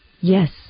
Yes